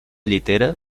llitera